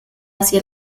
hacia